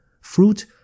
fruit